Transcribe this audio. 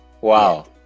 Wow